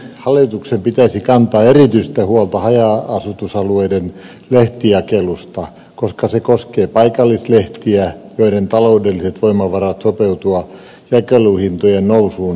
hallituksen pitäisi kantaa erityistä huolta haja asutusalueiden lehtijakelusta koska se koskee paikallislehtiä joiden taloudelliset voimavarat sopeutua jakeluhintojen nousuun ovat rajalliset